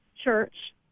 church